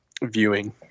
Viewing